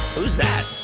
who's that?